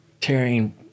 tearing